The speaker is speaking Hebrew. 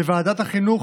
בוועדת החינוך,